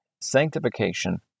sanctification